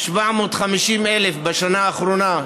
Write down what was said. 750,000 בשנה האחרונה,